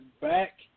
back